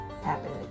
happening